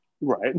right